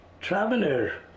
traveler